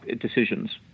decisions